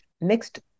mixed